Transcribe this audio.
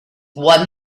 one